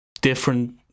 different